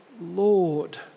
Lord